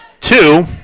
two